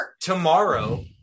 tomorrow